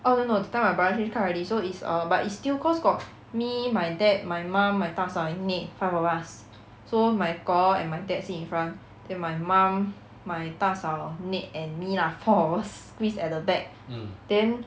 oh no no that time or my brother change car already so is err but is still cause got me my dad my mum my 大嫂 and maid five of us so my kor and my dad sit in front then my mum my 大嫂 maid and me lah four of us squeeze at the back then